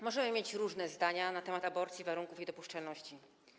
Możemy mieć różne zdania na temat aborcji i warunków jej dopuszczalności.